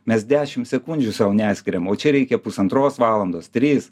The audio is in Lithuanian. mes dešim sekundžių sau neskiriam o čia reikia pusantros valandos tris